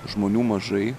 žmonių mažai